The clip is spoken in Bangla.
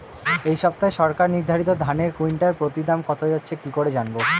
এই সপ্তাহে সরকার নির্ধারিত ধানের কুইন্টাল প্রতি দাম কত যাচ্ছে কি করে জানবো?